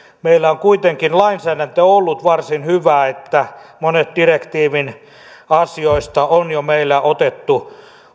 meillä on kuitenkin lainsäädäntö ollut varsin hyvä niin että monet direktiivin asioista on meillä jo otettu